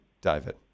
David